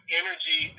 energy